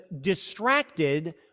distracted